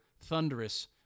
Thunderous